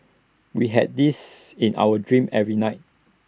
we had this in our dreams every night